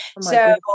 So-